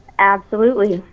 absolutely.